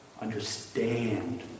understand